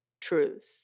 truths